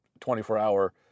24-hour